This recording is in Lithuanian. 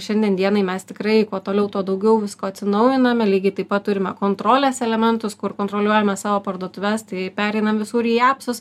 šiandien dienai mes tikrai kuo toliau tuo daugiau visko atsinaujiname lygiai taip pat turime kontrolės elementus kur kontroliuojame savo parduotuves tai pereinam visur į epsus